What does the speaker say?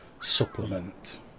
supplement